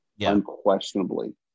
unquestionably